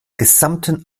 gesamten